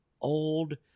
old